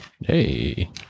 Hey